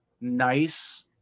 nice